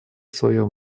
своем